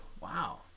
Wow